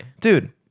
Dude